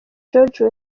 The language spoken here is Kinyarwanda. george